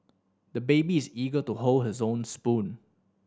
the baby is eager to hold his own spoon